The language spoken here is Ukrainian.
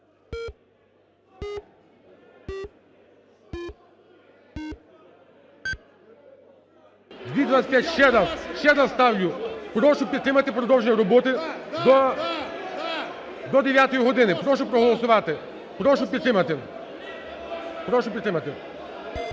Прошу підтримати продовження роботи до 9-ї години. Прошу проголосувати. Прошу підтримати. 17:24:38